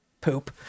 poop